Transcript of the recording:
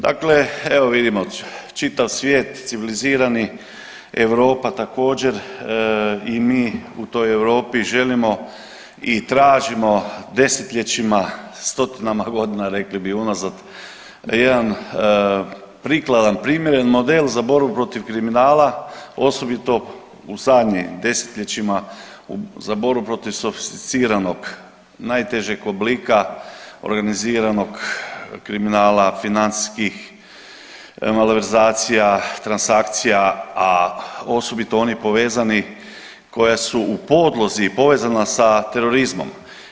Dakle, evo vidimo čitav svijet civilizirani, Europa također i mi u toj Europi želimo i tražimo desetljećima stotinama godina rekli bi unazad, a jedan prikladan, primjeren model za borbu protiv kriminala osobito u zadnjim desetljećima za borbu protiv sofisticiranog najtežeg oblika organiziranog kriminala, financijskih malverzacija, transakcija a osobito oni povezani koja su u podlozi povezana sa terorizmom.